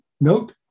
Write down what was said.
Note